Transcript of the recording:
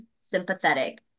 sympathetic